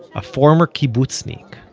a former kibbutznik,